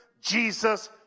Jesus